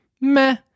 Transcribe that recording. meh